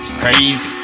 crazy